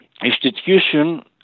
institution